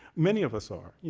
many of us are. yeah